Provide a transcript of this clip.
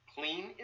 Clean